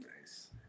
Nice